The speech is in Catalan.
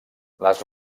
les